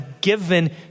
given